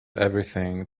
everything